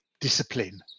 discipline